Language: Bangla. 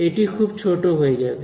এটি খুব ছোট হয়ে যাবে